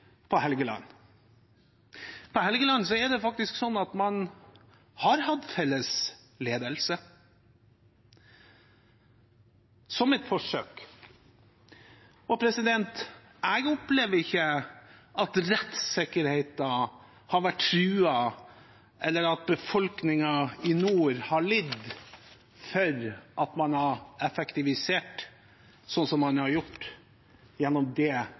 på Helgeland. På Helgeland er det faktisk sånn at man har hatt felles ledelse, som et forsøk. Jeg opplever ikke at rettssikkerheten har vært truet, eller at befolkningen i nord har lidd for at man har effektivisert, som man har gjort gjennom det